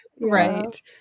Right